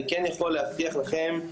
אני כן יכול להבטיח לכם,